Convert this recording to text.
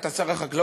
אתה שר החקלאות?